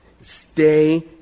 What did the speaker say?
Stay